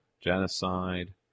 genocide